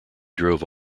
drove